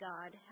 God